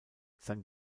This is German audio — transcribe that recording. sein